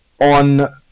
on